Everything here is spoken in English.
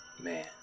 man